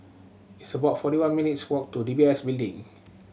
it's about forty one minutes' walk to D B S Building